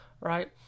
right